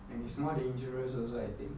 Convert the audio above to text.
and it's more dangerous also I think